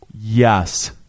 Yes